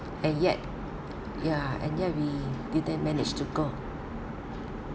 and yet ya and yet we didn't manage to go